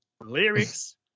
lyrics